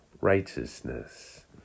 righteousness